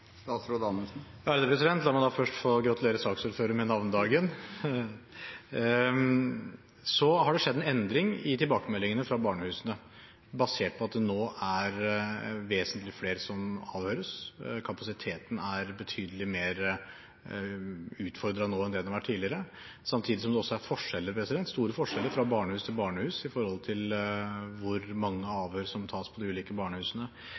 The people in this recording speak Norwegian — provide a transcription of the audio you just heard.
La meg da først få gratulere saksordføreren med navnedagen! Det har skjedd en endring i tilbakemeldingene fra barnehusene basert på at det nå er vesentlig flere som avhøres. Kapasiteten er betydelig mer utfordret nå enn den har vært tidligere. Samtidig er det store forskjeller fra barnehus til barnehus når det gjelder hvor mange avhør som tas på de ulike barnehusene.